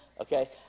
okay